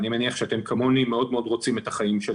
אני מניח שאתם כמוני מאוד מאוד רוצים בחזרה את